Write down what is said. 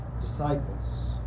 disciples